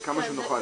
כמה שנוכל,